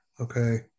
Okay